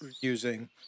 using